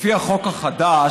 לפי החוק החדש,